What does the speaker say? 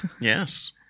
Yes